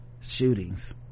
shootings